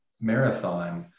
marathon